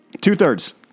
Two-thirds